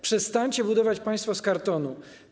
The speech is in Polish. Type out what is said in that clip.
Przestańcie budować państwo z kartonu.